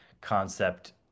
concept